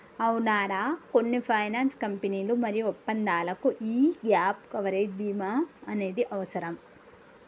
అవునరా కొన్ని ఫైనాన్స్ కంపెనీలు మరియు ఒప్పందాలకు యీ గాప్ కవరేజ్ భీమా అనేది అవసరం